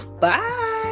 Bye